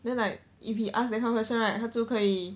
then like if he ask that kind of question right 他就可以